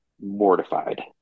mortified